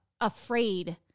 afraid